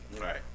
Right